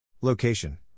Location